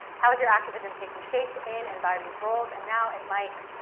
how has your activism taken shape, and embodied roles, and now, at mic,